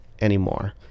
anymore